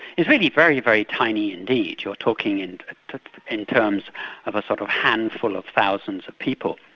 is really very, very tiny indeed. you're talking in in terms of a sort of handful of thousands of people.